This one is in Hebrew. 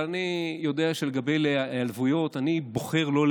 אבל אני יודע שלגבי היעלבויות אני בוחר לא להיעלב.